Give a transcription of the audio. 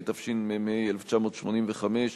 התשמ"ה 1985,